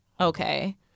okay